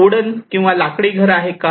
उडण लाकडी घर आहे का